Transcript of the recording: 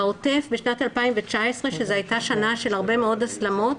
בעוטף בשנת 2019 שזו הייתה שנה של הרבה מאוד הסלמות,